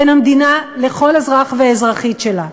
בין המדינה לכל אזרח ואזרחית שלה.